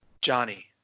Johnny